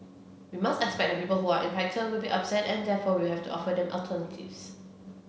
we must expect that people who are impacted will be upset and therefore we have to offer them alternatives